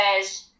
says